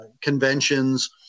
conventions